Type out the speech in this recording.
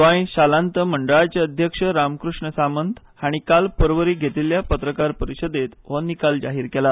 गोंय शालांत मंडळाचे अध्यक्ष रामकृष्ण सामंत हांणी आयज पर्वरी घेतील्ल्या पत्रकार परीषदेत हो निकाल जाहीर केला